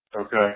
Okay